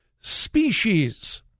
species